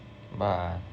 bah